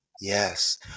Yes